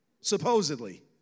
supposedly